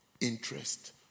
interest